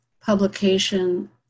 publication